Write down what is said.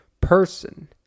person